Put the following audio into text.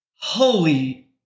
Holy